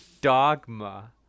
dogma